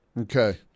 Okay